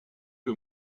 que